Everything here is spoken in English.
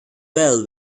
well